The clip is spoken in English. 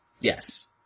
Yes